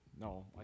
No